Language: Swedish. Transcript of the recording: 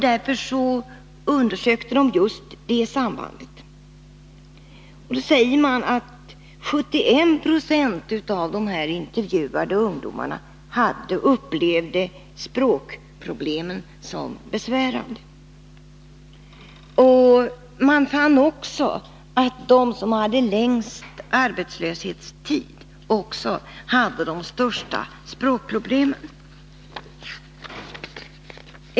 Därför undersöktes just detta. I undersökningen sägs att 71 20 av de intervjuade ungdomarna upplevde språkproblemen som besvärande. Man fann vidare att de som hade längst arbetslöshetstid också hade de största språkproblemen.